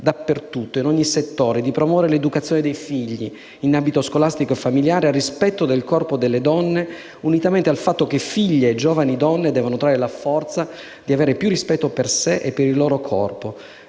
dappertutto, in ogni settore, di promuovere l'educazione dei figli, nell'ambito scolastico e famigliare, al rispetto del corpo delle donne, unitamente al fatto che figlie e giovani donne devono trovare la forza di avere più rispetto per sé e per il loro corpo,